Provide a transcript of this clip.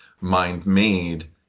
mind-made